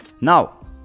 now